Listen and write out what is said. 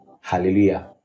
Hallelujah